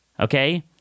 Okay